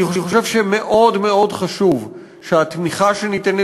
אני חושב שמאוד מאוד חשוב שהתמיכה שניתנת